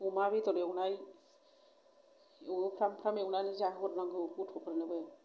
अमा बेदर एउनाय एउवो फ्राम फ्राम एउनानै जाहोेहरनांगौै गथ'फोरनोबो गथ'फोरखौ